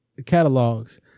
catalogs